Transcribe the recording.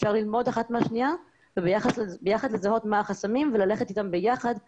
אפשר ללמוד אחת מהשנייה וביחד לזהות מה החסמים וללכת איתם ביחד לממשלה.